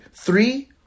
Three